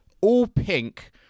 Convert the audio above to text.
all-pink